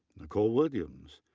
nicole williams,